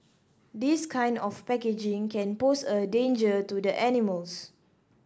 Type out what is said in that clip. this kind of packaging can pose a danger to the animals